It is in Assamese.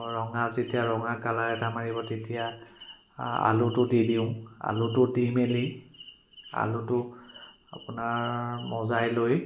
ৰঙা যেতিয়া ৰঙা কালাৰ এটা মাৰিব তেতিয়া আলুটো দিওঁ আলুটো দি মেলি আলুটোক মজাই লৈ